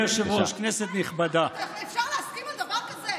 כנסת נכבדה, אפשר להסכים על דבר כזה?